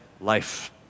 life